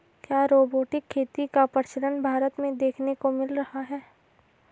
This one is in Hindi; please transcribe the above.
क्या रोबोटिक खेती का प्रचलन भारत में देखने को मिल रहा है?